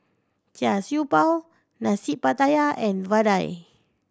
Char Siew Bao Nasi Pattaya and vadai